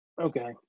Okay